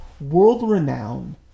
world-renowned